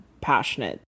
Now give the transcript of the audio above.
passionate